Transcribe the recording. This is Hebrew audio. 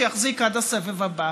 שיחזיק עד הסבב הבא.